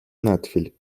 надфиль